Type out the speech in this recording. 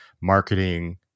marketing